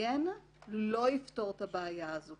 ממיין לא יפתור את הבעיה הזאת,